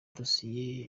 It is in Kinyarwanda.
dosiye